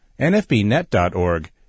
nfbnet.org